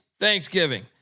Thanksgiving